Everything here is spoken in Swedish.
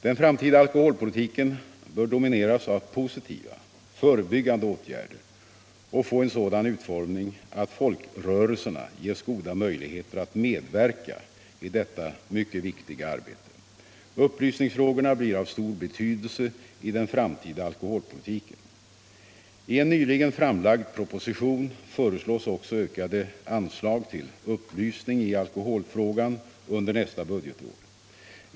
Den framtida alkoholpolitiken bör domineras av positiva, förebyggande åtgärder och få en sådan utformning att folkrörelserna ges goda möjligheter att medverka i detta mycket viktiga arbete. Upplysningsfrågorna blir av stor betydelse i den framtida alkoholpolitiken. I en nyligen framlagd proposition föreslås också ökade anslag till upplysning i alkoholfrågan under nästa budgetår.